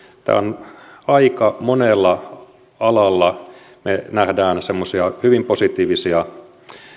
aika monella alalla me näemme semmoisia hyvin positiivisia